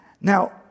Now